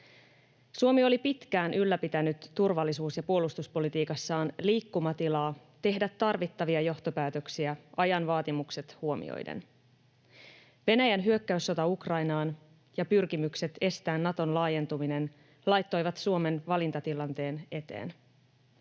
Suomi oli pitkään ylläpitänyt turvallisuus- ja puolustuspolitiikassaan liikkumatilaa tehdä tarvittavia johtopäätöksiä ajan vaatimukset huomioiden. Venäjän hyökkäyssota Ukrainaan ja pyrkimykset estää Naton laajentuminen laittoivat Suomen valintatilanteen eteen.